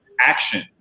action